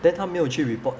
then 他没有去 report